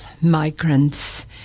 migrants